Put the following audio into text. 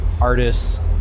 artists